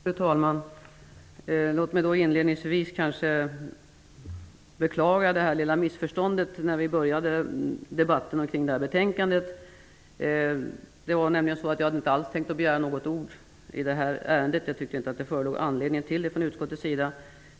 Fru talman! Låt mig inledningsvis beklaga det lilla missförståndet när debatten om detta betänkande inleddes. Jag hade inte alls tänkt att begära ordet i detta ärende. Jag tyckte att det inte förelåg någon anledning att göra det från utskottets sida.